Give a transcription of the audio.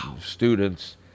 students